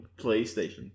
PlayStation